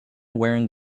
wearing